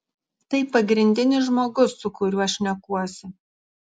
tai pagrindinis žmogus su kuriuo šnekuosi